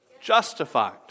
Justified